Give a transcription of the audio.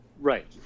Right